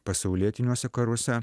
pasaulietiniuose karuose